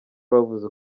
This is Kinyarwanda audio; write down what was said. bavuze